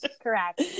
Correct